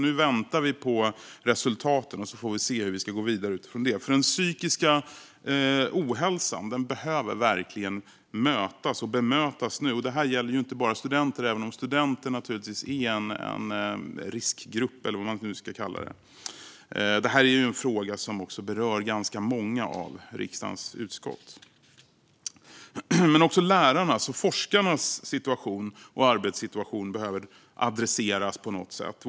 Nu väntar vi på resultaten och får sedan se hur vi ska gå vidare utifrån dem, för den psykiska ohälsan behöver verkligen mötas och bemötas nu. Det gäller inte bara studenter, även om de är en riskgrupp eller vad man nu ska kalla det. Det här är också en fråga som berör ganska många av riksdagens utskott. Också lärarnas och forskarnas situation och arbetssituation behöver adresseras på något sätt.